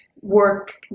work